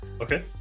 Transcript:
Okay